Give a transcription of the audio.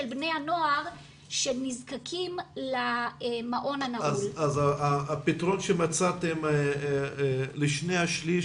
בני הנוער שנזקקים למעון הנעול --- אז הפתרון שמצאתם לשני השליש,